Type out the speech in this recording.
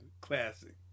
classic